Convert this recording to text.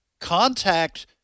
contact